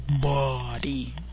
body